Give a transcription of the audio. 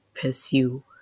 pursue